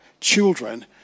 children